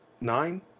nine